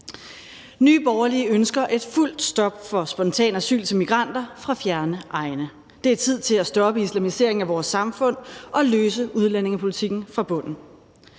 Nye Borgerlige ønsker et fuldt stop for spontant asyl til migranter fra fjerne egne. Det er tid til at stoppe islamiseringen af vores samfund og løse udlændingepolitikken fra bunden.